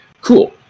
cool